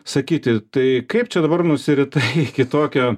sakyti tai kaip čia dabar nusiritai iki tokio